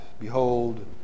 behold